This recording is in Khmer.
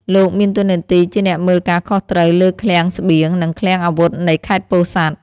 លោកមានតួនាទីជាអ្នកមើលការខុសត្រូវលើឃ្លាំងស្បៀង និងឃ្លាំងអាវុធនៃខេត្តពោធិ៍សាត់។